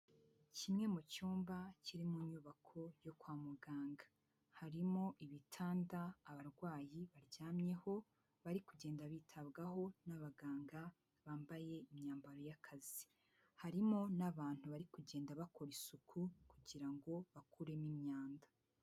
Kimwe mu cyumba kiri mu nyubako yo kwa muganga, harimo ibitanda abarwayi baryamyeho bari kugenda bitabwaho n'abaganga bambaye imyambaro y'akazi, harimo n'abantu bari kugenda bakora isuku kugira ngo bakuremo imyanda.